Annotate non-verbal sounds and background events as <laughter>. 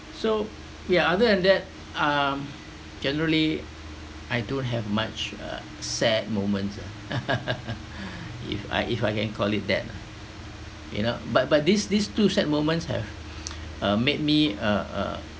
so yeah other than that um generally I don't have much uh sad moments ah <laughs> if I if I can call it that ah you know but but this this two sad moments have <noise> uh made me uh uh